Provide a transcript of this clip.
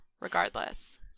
Regardless